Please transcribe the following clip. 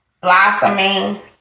Blossoming